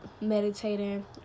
meditating